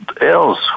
else